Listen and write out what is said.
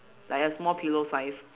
like a small pillow size